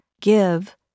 give